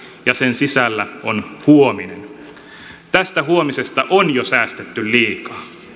ja sen sisällä on huominen tästä huomisesta on jo säästetty liikaa